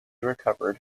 recovered